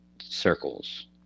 circles